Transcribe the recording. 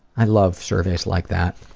i love surveys like that.